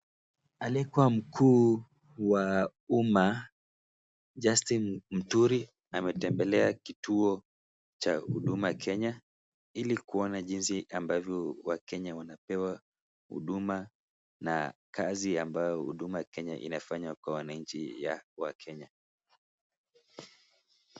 Aliyekuwa mkuu wa umma ,Justin Muturi ametembelea kituo cha huduma Kenya, ili kuona jinsi ambavyo wakenya wanapewa huduma na kazi ambayo huduma Kenya inafanya kwa wananchi wa Kenya.